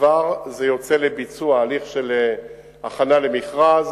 כבר יוצא לביצוע הליך של הכנה למכרז